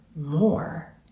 more